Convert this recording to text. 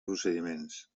procediments